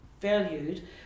valued